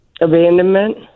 Abandonment